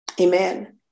Amen